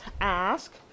ask